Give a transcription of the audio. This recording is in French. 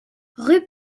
rue